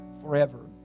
forever